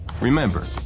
Remember